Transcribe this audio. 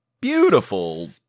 Beautiful